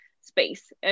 space